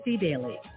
Daily